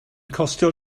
costio